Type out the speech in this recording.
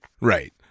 right